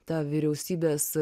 ta vyriausybės